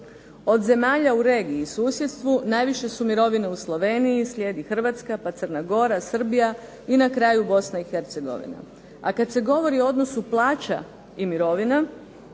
Od zemalja u regiji i susjedstvu najviše su mirovine u Sloveniji, slijedi Hrvatska pa Crna Gora, Srbija i na kraju Bosna i Hercegovina. A kad se govori o odnosu plaća i mirovina